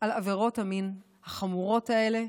על עבירות המין החמורות האלה,